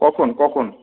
কখন কখন